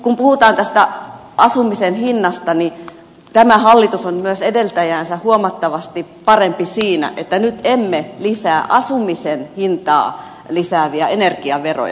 kun puhutaan tästä asumisen hinnasta niin tämä hallitus on myös edeltäjäänsä huomattavasti parempi siinä että nyt emme lisää asumisen hintaa lisääviä energiaveroja